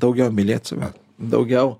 daugiau mylėt save daugiau